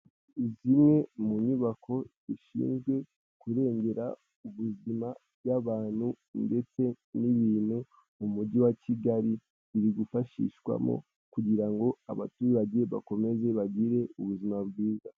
Zimwe mu nyubako zishinzwe kurengera ubuzima bw'abantu ndetse n'ibintu mu mujyi wa kigali biri gufashishwamo kugira ngo abaturage bakomeze bagire ubuzima bwiza.